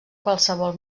qualsevol